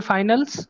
Finals